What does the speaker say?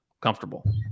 comfortable